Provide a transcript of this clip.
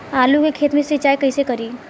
आलू के खेत मे सिचाई कइसे करीं?